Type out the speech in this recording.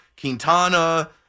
Quintana